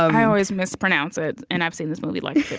i always mispronounce it, and i've seen this movie like